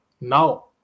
Now